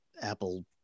Apple